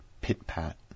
pit-pat